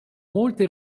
molte